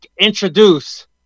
introduce